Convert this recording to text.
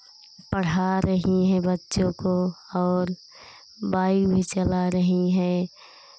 पढ़ा रही हैं बच्चों को और बाइक भी चला रही है